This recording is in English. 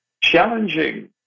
challenging